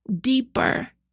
deeper